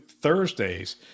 Thursdays